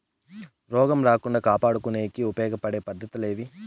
రోగం రాకుండా కాపాడుకునేకి ఉపయోగపడే పద్ధతులు ఏవి?